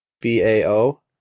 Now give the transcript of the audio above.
B-A-O